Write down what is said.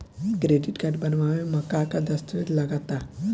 Credit card बनवावे म का का दस्तावेज लगा ता?